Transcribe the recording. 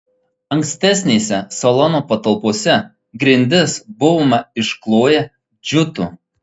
ankstesnėse salono patalpose grindis buvome iškloję džiutu